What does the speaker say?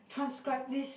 transcribe this